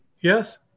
Yes